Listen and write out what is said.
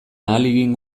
ahalegin